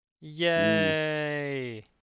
yay